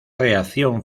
reacción